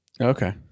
Okay